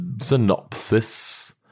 synopsis